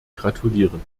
gratulieren